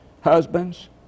Husbands